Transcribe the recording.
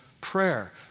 prayer